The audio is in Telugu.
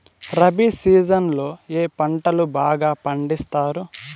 రబి సీజన్ లో ఏ పంటలు బాగా పండిస్తారు